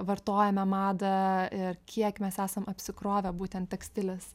vartojame madą ir kiek mes esam apsikrovę būtent tekstilės